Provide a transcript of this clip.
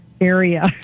Area